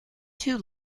two